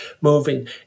moving